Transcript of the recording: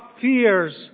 fears